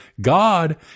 God